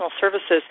services